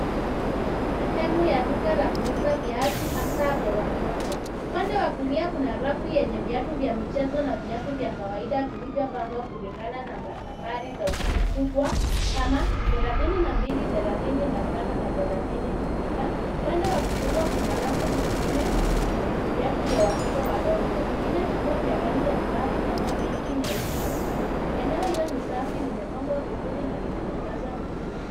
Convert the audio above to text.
Ni sehemu ya duka la kuuza viatu hasa vya watoto. Upande wa kulia kuna rafu yenye viatu vya michezo na viatu vya kawaida vilivyopangwa kulingana na nambari za ukubwa kama thelathini na mbili, thelathini na tano na thelathini na sita. Upande wa kushoto kuna rafu nyingine yenye viatu vya watoto wadogo. Vingine vikiwa vya rangi ya ngavu kama pinki , nyeupe na blue . Eneo hilo ni safi, limepangwa vizuri na lina mwangaza mzuri.